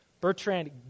Bertrand